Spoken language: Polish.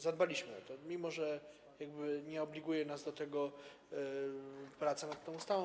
Zadbaliśmy o to, mimo że nie obliguje nas do tego praca nad tą ustawą.